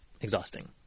exhausting